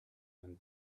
and